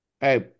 Hey